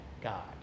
God